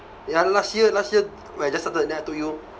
ya last year last year when I just started then I told you